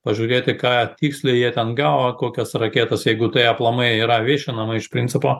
pažiūrėti ką tiksliai jie ten gavo kokios raketos jeigu tai aplamai yra viešinama iš principo